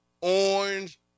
orange